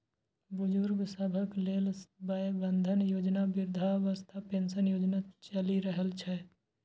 बुजुर्ग सभक लेल वय बंधन योजना, वृद्धावस्था पेंशन योजना चलि रहल छै